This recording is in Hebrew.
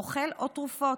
אוכל או תרופות,